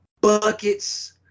Buckets